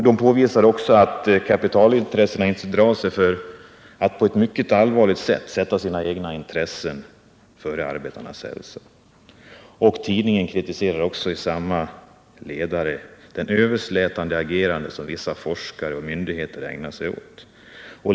Den påvisar också att kapitalintressena inte drar sig för att på ett mycket allvarligt vis sätta sina egna intressen före arbetarnas hälsa. Tidningen kritiserar också i samma ledare det överslätande agerande som vissa forskare och myndigheter ägnar sig åt.